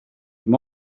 dim